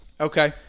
Okay